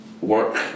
work